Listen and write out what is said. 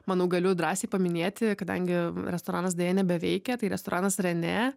manau galiu drąsiai paminėti kadangi restoranas deja nebeveikia tai restoranas rene